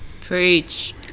Preach